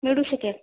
मिळू शकेल